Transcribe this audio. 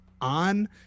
on